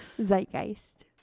Zeitgeist